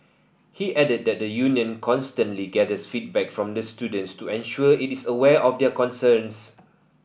he added that the union constantly gathers feedback from the students to ensure it is aware of their concerns